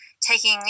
taking